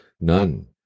None